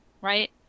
right